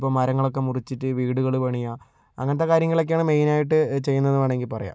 ഇപ്പോൾ മരങ്ങളൊക്കെ മുറിച്ചിട്ട് വീടുകള് പണിയുക അങ്ങനത്തെ കാര്യങ്ങളൊക്കെയാണ് മെയിനായിട്ട് ചെയ്യുന്നതെന്ന് വേണമെങ്കിൽ പറയാം